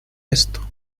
esto